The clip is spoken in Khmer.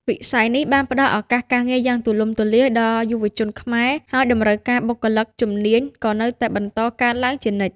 វិស័យនេះបានផ្តល់ឱកាសការងារយ៉ាងទូលំទូលាយដល់យុវជនខ្មែរ ហើយតម្រូវការបុគ្គលិកជំនាញក៏នៅតែបន្តកើនឡើងជានិច្ច។